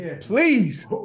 please